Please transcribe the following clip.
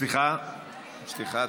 סליחה,